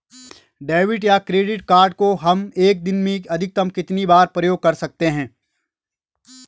Debit या credit card को हम एक दिन में अधिकतम कितनी बार प्रयोग कर सकते हैं?